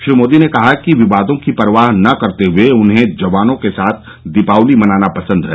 श्री मोदी ने कहा कि विवादों की परवाहनहीं करते हुए उन्हें जवानों के साथ दीपावली मनाना पसंद है